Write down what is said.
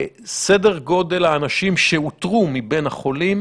סדר גודל של אנשים שאותרו מבין החולים